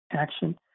action